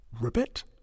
Ribbit